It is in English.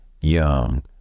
Young